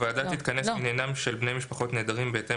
הוועדה תתכנס בעניינם של בני משפחות נעדרים בהתאם